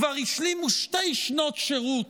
כבר השלימו שתי שנות שירות,